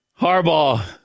Harbaugh